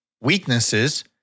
weaknesses